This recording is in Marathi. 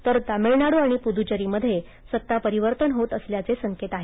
तर तामीळनाडू आणि पुद्च्चेरीमधे सत्ता परिवर्तन होत असल्याचे संकेत आहेत